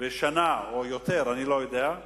בשנה או יותר, אני לא יודע.